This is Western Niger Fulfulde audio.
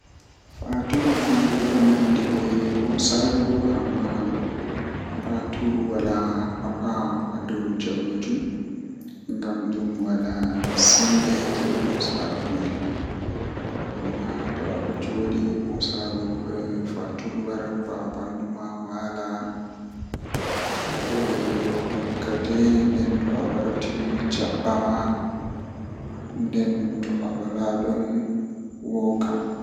Mi wiyan mo o wallina hakkiilo mako o de'ita ɗo himɓe duɓɓe ɗon waɗa Wala ko heɓataɓe kamɓe waɗoɓe ngamman kamkofu o wallina hakkiilo mako Wala ko heɓata mo to Allah jaɓi yerdi